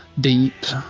deep